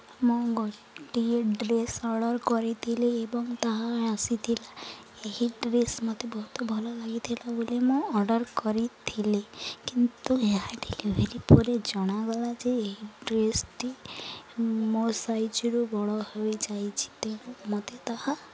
ମୁଁ ଗୋଟିଏ dress order କରିଥିଲି ଏବଂ ତାହା ଆସିଥିଲା ଏହି ଡ୍ରେସ୍ ମୋତେ ବହୁତ ଭଲ ଲାଗିଥିଲା ବୋଲି ମୁଁ ଅର୍ଡ଼ର୍ କରିଥିଲି କିନ୍ତୁ ଏହା ଡେଲିଭେରି ପରେ ଜଣାଗଲା ଯେ ଏହି ଡ୍ରେସ୍ଟି ମୋ ସାଇଜ୍ରୁ ବଡ଼ ହୋଇଯାଇଛି ତେଣୁ ମୋତେ ତାହା